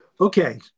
Okay